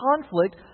conflict